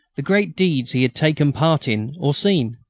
the great deeds he had taken part in or seen.